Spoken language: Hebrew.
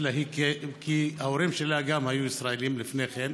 כי גם ההורים שלה היו ישראלים לפני כן,